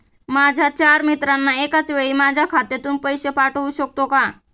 माझ्या चार मित्रांना एकाचवेळी माझ्या खात्यातून पैसे पाठवू शकतो का?